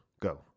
Go